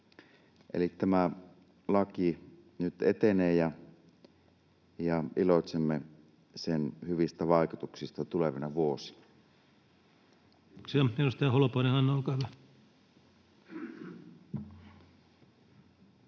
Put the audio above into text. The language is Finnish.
Eli tämä laki nyt etenee, ja iloitsemme sen hyvistä vaikutuksista tulevina vuosina.